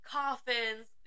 coffins